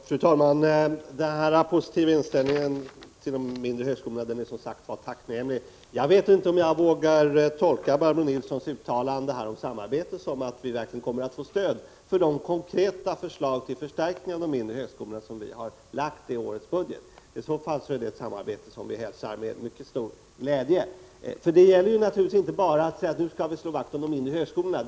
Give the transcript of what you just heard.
Fru talman! Den positiva inställningen till de mindre högskolorna är som sagt tacknämlig. Jag vet inte om jag vågar tolka Barbro Nilssons uttalande om samarbetet så, att vi verkligen kommer att få stöd för de konkreta förslag till förstärkningar av de mindre högskolorna som vi har lagt fram i årets budget. I så fall är det ett samarbete som vi hälsar med mycket stor glädje. Det gäller naturligtvis inte bara att säga att vi nu skall slå vakt om de mindre högskolorna.